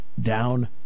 down